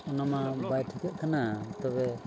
ᱚᱱᱟᱢᱟ ᱵᱟᱭ ᱴᱷᱤᱠᱟᱹᱜ ᱠᱟᱱᱟ ᱛᱚᱵᱮ